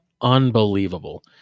Unbelievable